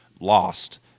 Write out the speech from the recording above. lost